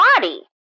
body